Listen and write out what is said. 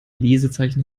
lesezeichen